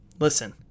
Listen